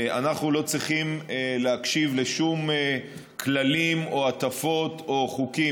אנחנו לא צריכים להקשיב לשום כללים או הטפות או חוקים.